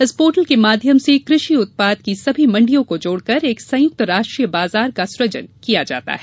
इस पोर्टल के माध्यम से कृषि उत्पाद की सभी मंडियो को जोड़ कर एक संयुक्त राष्ट्रीय बाजार का सृजन किया जाता है